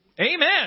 amen